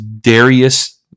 Darius